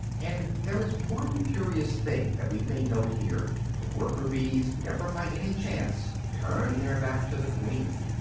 and there is one curious thing that we may note here the worker-bees never by any chance turn their back to the queen.